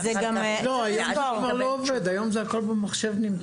לא, היום זה הכול במחשב נמצא.